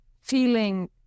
feeling